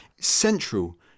central